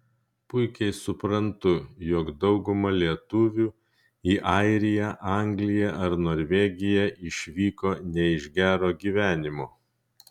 puikiai suprantu jog dauguma lietuvių į airiją angliją ar norvegiją išvyko ne iš gero gyvenimo